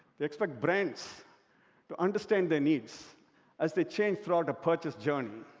they expect brands to understand their needs as they change throughout a purchase journey.